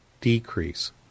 decrease